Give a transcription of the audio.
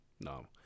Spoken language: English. No